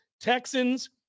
Texans